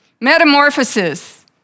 Metamorphosis